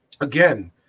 again